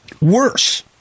worse